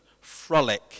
frolic